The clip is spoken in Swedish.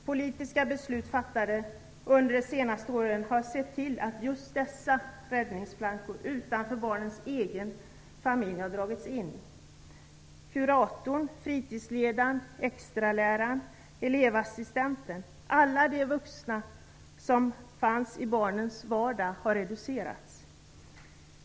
Politiska beslut som har fattats under de senaste åren har lett till att just dessa räddningsplankor utanför barnets egen familj har dragits in. Resurserna för kuratorn, fritidsledaren, extraläraren, elevassistenten - alla de vuxna som fanns i barnens vardag - har reducerats.